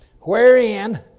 Wherein